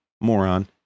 moron